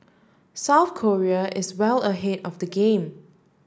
South Korea is well ahead of the game